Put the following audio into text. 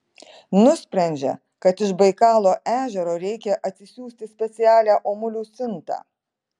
nusprendžia kad iš baikalo ežero reikia atsisiųsti specialią omulių siuntą